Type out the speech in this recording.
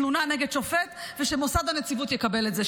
תלונה נגד שופט ושמוסד הנציבות יקבל את זה.